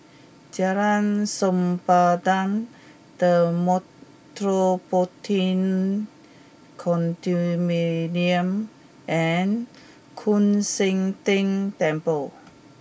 Jalan Sempadan The Metropolitan Condominium and Koon Seng Ting Temple